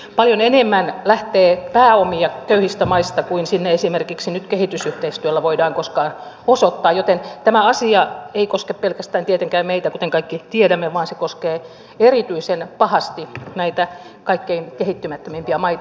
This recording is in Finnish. paljon enemmän lähtee pääomia köyhistä maista kuin sinne esimerkiksi nyt kehitysyhteistyöllä voidaan koskaan osoittaa joten tämä asia ei koske pelkästään tietenkään meitä kuten kaikki tiedämme vaan se koskee erityisen pahasti näitä kaikkein kehittymättömimpiä maita